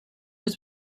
has